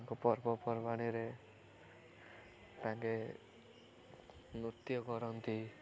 ତାଙ୍କ ପର୍ବପର୍ବାଣିରେ ତାଙ୍କେ ନୃତ୍ୟ କରନ୍ତି